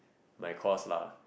my course lah